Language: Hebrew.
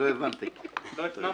בעצם